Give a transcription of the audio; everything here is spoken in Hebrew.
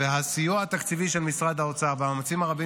והסיוע התקציבי של משרד האוצר והמאמצים הרבים